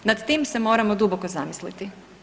Nad tim se moramo duboko zamisliti.